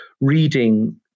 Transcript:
reading